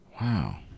Wow